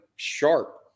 sharp